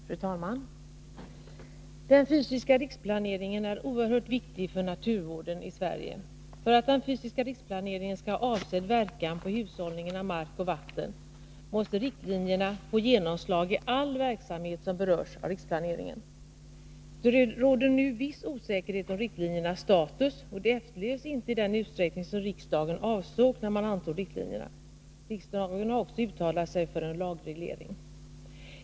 Fru talman! Den fysiska riksplaneringen är oerhört viktig för naturvården i Sverige. För att den fysiska riksplaneringen skall ha avsedd verkan på hushållningen med mark och vatten måste riktlinjerna få genomslag i all verksamhet som berörs av riksplaneringen. Det råder nu viss osäkerhet om riktlinjernas status, och de efterlevs inte i den utsträckning som riksdagen avsåg när den antog riktlinjerna. Riksdagen har också uttalat sig för en lagreglering.